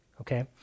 Okay